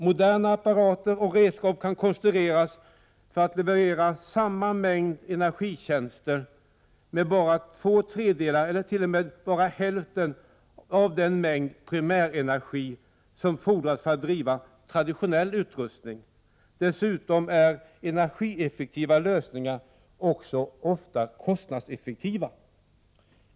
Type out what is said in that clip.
Moderna apparater och redskap kan omkonstrueras för att leverera samma mängd energitjänster med bara två tredjedelar eller till och med bara hälften av den mängd primärenergi som fordrades för att driva en traditionell utrustning. Dessutom är energieffektiva lösningar också ofta kostnadseffektiva.